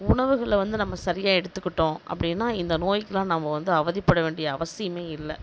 உணவுகளை வந்து நம்ம சரியாக எடுத்துக்கிட்டோம் அப்படின்னா இந்த நோயிக்கெலாம் நம்ம வந்து அவதிப்பட வேண்டிய அவசியமே இல்லை